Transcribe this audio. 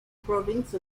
province